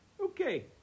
Okay